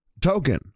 Token